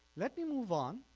let me move on